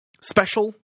special